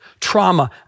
trauma